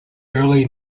early